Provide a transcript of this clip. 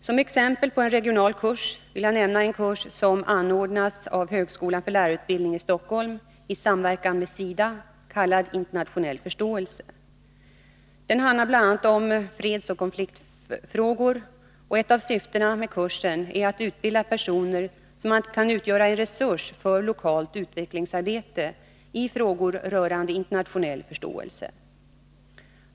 Som exempel på en regional kurs vill jag nämna en kurs som anordnas av högskolan för lärarutbildning i Stockholm i samverkan med SIDA, kallad Internationell förståelse. Den behandlar bl.a. fredsoch konfliktfrågor, och ett av syftena med kursen är att utbilda personer som kan utgöra en resurs för lokalt utvecklingsarbete i frågor rörande internationell förståelse.